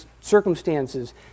circumstances